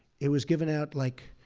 it was given out, like,